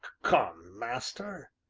come, master,